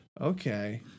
okay